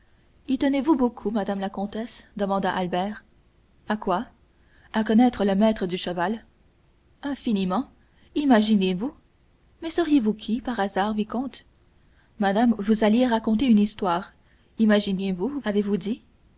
y tenez-vous beaucoup madame la comtesse demanda albert à quoi à connaître le maître du cheval infiniment imaginez-vous mais sauriez-vous qui par hasard vicomte madame vous alliez raconter une histoire imaginez-vous avez-vous dit